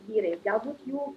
vyrais galbūt jų